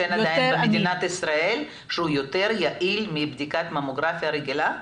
שאין עדיין במדינת ישראל שהוא יותר יעיל מבדיקת ממוגרפיה רגילה?